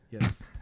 Yes